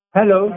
Hello